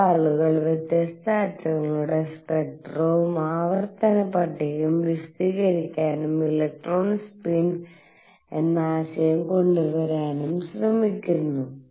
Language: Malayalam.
ഇപ്പോൾ ആളുകൾ വ്യത്യസ്ത ആറ്റങ്ങളുടെatom സ്പെക്ട്രവും ആവർത്തനപ്പട്ടികയും വിശദീകരിക്കാനും ഇലക്ട്രോൺ സ്പിൻഎന്ന ആശയം കൊണ്ടുവരാനും ശ്രമിക്കുന്നു